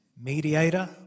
Mediator